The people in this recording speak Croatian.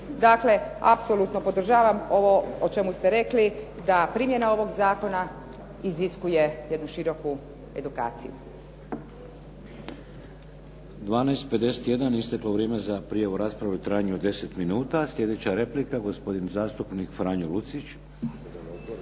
Dakle, apsolutno podržavam ovo o čemu ste rekli da primjena ovog zakona iziskuje jednu široku edukaciju.